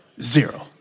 Zero